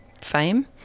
fame